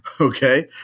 okay